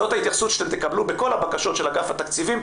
זו ההתייחסות שאתם תקבלו בכל הבקשות של אגף התקציבים,